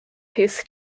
his